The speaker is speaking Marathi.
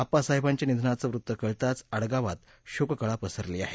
आप्पासाहेबांच्या निधनाचं वृत्त कळताच आडगावात शोककळा पसरली आहे